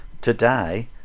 today